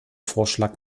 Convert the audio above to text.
vorschlag